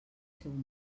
seu